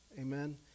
Amen